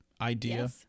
idea